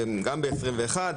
גם ב-2021,